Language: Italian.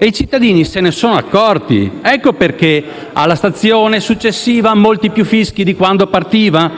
e i cittadini se ne sono accorti. Ecco perché «alla stazione successiva, molti più fischi di quando partiva»,